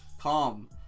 calm